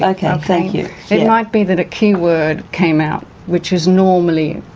okay, thank you. it might be that a key word came out, which is normally.